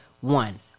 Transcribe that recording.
one